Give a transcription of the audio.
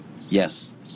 yes